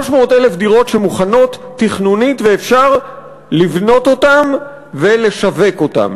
300,000 דירות שמוכנות תכנונית ואפשר לבנות אותן ולשווק אותן.